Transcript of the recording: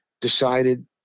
decided